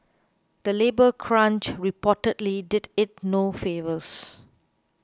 the labour crunch reportedly did it no favours